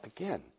again